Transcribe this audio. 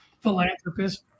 philanthropist